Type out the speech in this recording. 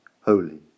holy